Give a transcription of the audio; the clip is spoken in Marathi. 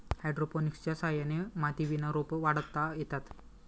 हायड्रोपोनिक्सच्या सहाय्याने मातीविना रोपं वाढवता येतात